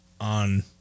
on